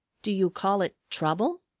do you call it trouble?